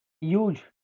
Huge